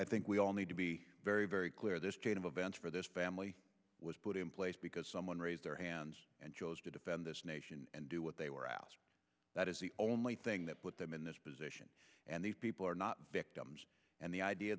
i think we all need to be very very clear this chain of events for this family was put in place because someone raised their hand and chose to defend this nation and do what they were asked that is the only thing that put them in this position and these people are not victims and the idea